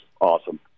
awesome